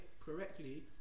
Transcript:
correctly